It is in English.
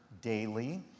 daily